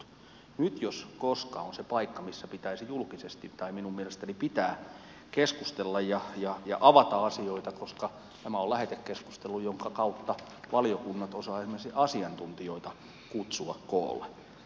nyt jos koskaan on se paikka missä pitäisi julkisesti tai minun mielestäni pitää keskustella ja avata asioita koska tämä on lähetekeskustelu jonka kautta valiokunnat osaavat esimerkiksi asiantuntijoita kutsua koolle